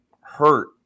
hurt